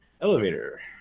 elevator